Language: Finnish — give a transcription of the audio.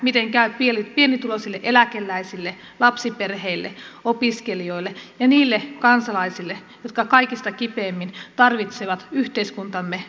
miten käy pienituloisille eläkeläisille lapsiperheille opiskelijoille ja niille kansalaisille jotka kaikista kipeimmin tarvitsevat yhteiskuntamme huolenpitoa